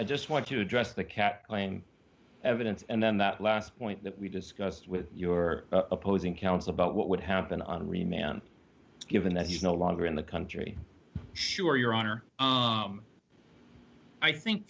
i just want to address the cat playing evidence and then that last point that we discussed with your opposing counsel about what would happen on remand given that he's no longer in the country sure your honor i think